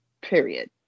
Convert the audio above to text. period